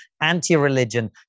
anti-religion